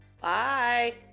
Bye